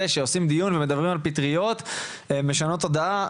שעושים דיון ומדברים על פטריות משנות תודעה,